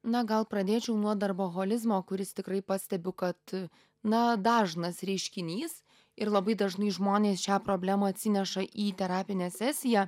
na gal pradėčiau nuo darboholizmo kuris tikrai pastebiu kad na dažnas reiškinys ir labai dažnai žmonės šią problemą atsineša į terapinę sesiją